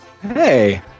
Hey